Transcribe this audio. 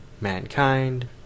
mankind